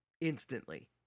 instantly